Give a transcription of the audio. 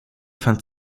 fand